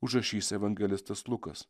užrašys evangelistas lukas